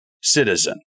citizen